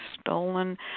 stolen